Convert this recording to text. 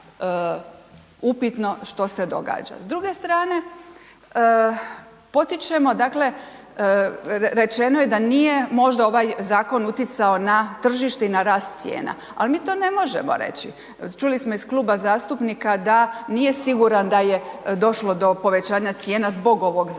upitno što se događa. S druge strane, potičemo dakle, rečeno je da nije možda ovaj zakon utjecao na tržište i na rad cijena, ali mi to ne možemo reći. Čuli smo iz kluba zastupnika da nije siguran da je došlo da povećanja cijena zbog ovog zakona,